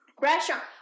Restaurant